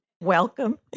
Welcome